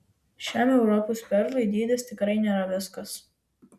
šiam europos perlui dydis tikrai nėra viskas